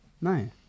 No